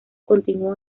continuó